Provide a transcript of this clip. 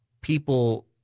People